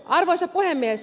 arvoisa puhemies